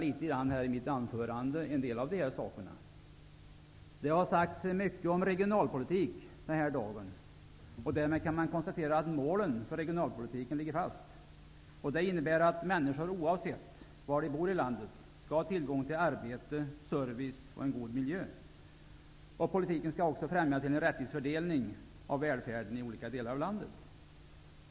Jag skall i mitt anförande redovisa en del av det. Det har sagts mycket om regionalpolitik i dag. Därmed kan man konstatera att målen för regionalpolitiken ligger fast. Det innebär att människor oavsett var de bor i landet skall ha tillgång till arbete, service och god miljö. Politiken skall också främja en rättvis fördelning av välfärden i olika delar av landet.